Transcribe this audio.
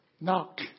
Knock